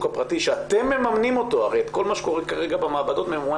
הפרטי אתם כל מה שקורה כרגע במעבדות הפרטיות ממומן